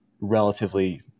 relatively